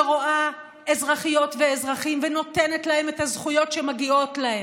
שרואה אזרחיות ואזרחים ונותנת להם את הזכויות שמגיעות להם,